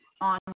on